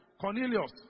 Cornelius